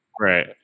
Right